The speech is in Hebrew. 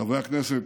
חברי הכנסת,